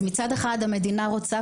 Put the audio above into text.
מצד אחד המדינה רוצה,